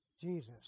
Jesus